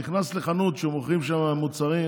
נכנס לחנות שמוכרים שם מוצרים,